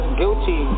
guilty